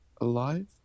alive